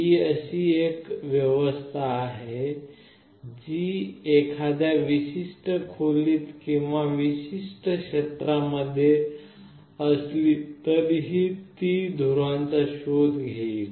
ही एक अशी व्यवस्था आहे जी एखाद्या विशिष्ट खोलीत किंवा विशिष्ट क्षेत्रांमध्ये असली तरीही ती धुराचा शोध घेईल